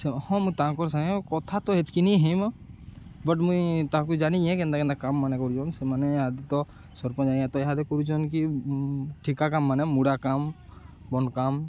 ସେ ହଁ ମୁଁ ତାଙ୍କର୍ ସାଙ୍ଗେ କଥା ତ ହେତ୍କି ନି ହେଇଁ ବଟ୍ ମୁଇଁ ତାହାକୁ ଜାନିଚେଁ କେନ୍ତା କେନ୍ତା କାମ୍ ମାନେ କରୁଚନ୍ ସେମାନେ ଇହାଦେ ତ ସରପଞ୍ଚ୍ ଆଜ୍ଞା ତ ଇହାଦେ କରୁଚନ୍ କି ଠିକା କାମ୍ ମାନେ ମୁଡ଼ା କାମ୍ ବନ୍ଦ୍ କାମ୍